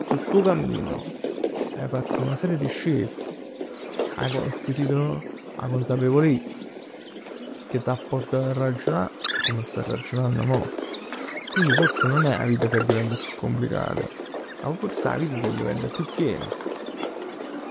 Sul tuo cammino hai fatto una serie di scelte, hai acquisito 'a consapevolezz che t' 'a portato a ragionà comm staje arraggiunann mo. Quindi forse nun è 'a vita che addivent chiù complicata, è forse 'a vita ca diventa chiù chiena.